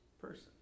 person